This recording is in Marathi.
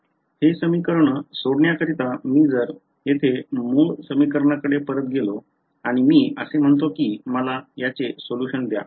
हे समीकरण सोडविण्याकरिता जर मी येथे मूळ समीकरणाकडे परत गेलो आणि मी असे म्हणतो की मला याचे सोल्युशन द्या